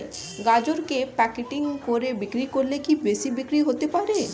গাজরকে প্যাকেটিং করে বিক্রি করলে কি বেশি বিক্রি হতে পারে?